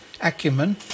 acumen